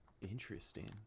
Interesting